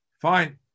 Fine